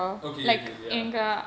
okay okay ya